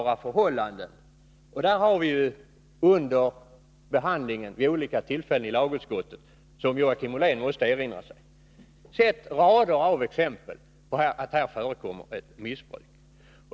Som Joakim Ollén säkert erinrar sig har vi under behandlingen i lagutskottet vid olika tillfällen sett mängder av exempel på att det förekommer ett missbruk.